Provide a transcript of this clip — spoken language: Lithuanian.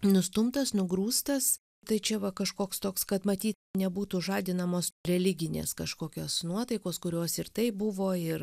nustumtas nugrūstas tai čia va kažkoks toks kad matyt nebūtų žadinamos religinės kažkokios nuotaikos kurios ir taip buvo ir